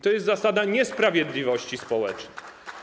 To jest zasada niesprawiedliwości społecznej.